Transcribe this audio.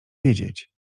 wiedzieć